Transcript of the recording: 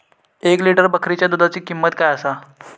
एक लिटर बकरीच्या दुधाची किंमत काय आसा?